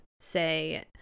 Say